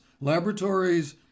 laboratories